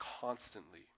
constantly